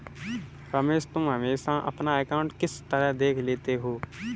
रमेश तुम हमेशा अपना अकांउट किस तरह देख लेते हो?